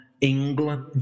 england